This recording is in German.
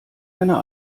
einer